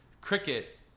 cricket